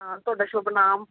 ਹਾਂ ਤੁਹਾਡਾ ਸ਼ੁੱਭ ਨਾਮ